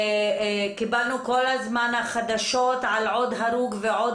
קיבלנו כל הזמן חדשות על עוד הרוג ועוד